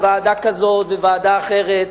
וועדה כזאת וועדה אחרת,